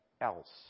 else